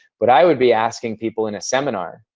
but i would be asking people in a seminar,